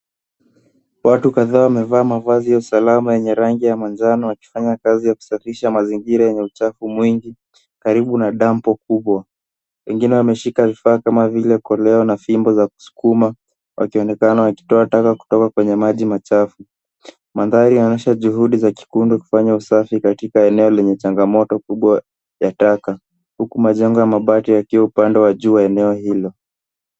Watu kadhaa wamevaa mavazi ya salama yenye rangi ya manjano wakifanya kazi ya kusafisha mazingira yenye uchafu mwingi karibu na dampu kubwa. Wengine wameshika vifaa kama vile koleo na fimbo za kusukuma wakionekana wakitoa taka kwenye maji machafu. Mandhari yanaonyesha juhudi za kikundi kufanya kazi katika eneo lenye changamoto kubwa la taka, huku majengo ya mabati yakiwa upande wa juu wa eneo hilo.